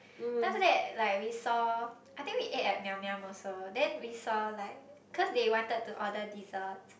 then after that like we saw I think we ate at Miam-Miam also then we saw like cause they wanted to order desserts